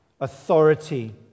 authority